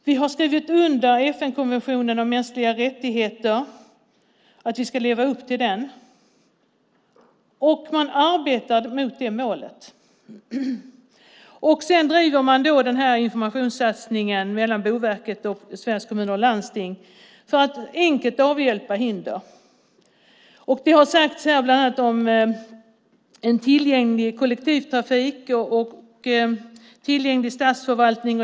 Vi har skrivit under FN-konventionen om mänskliga rättigheter för dem med funktionsnedsättningar och ska leva upp till den, och man arbetar mot det målet. Boverket och Sveriges Kommuner och Landsting driver också en informationssatsning för att enkelt avhjälpa hinder. Här har bland annat nämnts arbetet för en tillgänglig kollektivtrafik och tillgänglig statsförvaltning.